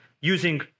using